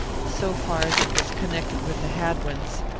so far as it was connected with the hadwins.